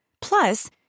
Plus